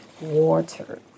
water